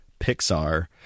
Pixar